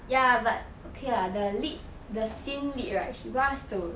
ya but okay lah they lit the seen lit right she brought us to